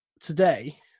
today